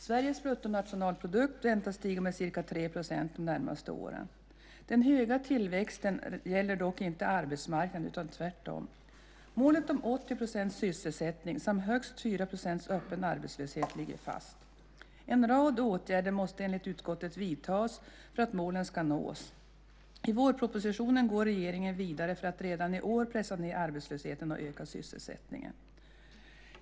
Sveriges bruttonationalprodukt väntas stiga med ca 3 % de närmaste åren. Den höga tillväxten gäller dock inte arbetsmarknaden, utan tvärtom. Målet om 80 % sysselsättning samt högst 4 % öppen arbetslöshet ligger fast. En rad åtgärder måste enligt utskottet vidtas för att målen ska nås. I vårpropositionen går regeringen vidare för att redan i år pressa ned arbetslösheten och öka sysselsättningen.